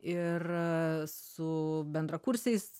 ir su bendrakursiais